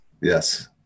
Yes